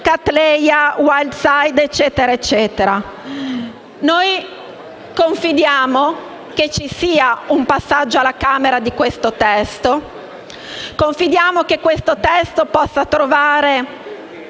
Cattleya, Wildside e così via. Noi confidiamo che ci sia un passaggio alla Camera di questo testo. Confidiamo che esso possa trovare